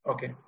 Okay